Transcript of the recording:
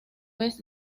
vez